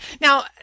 Now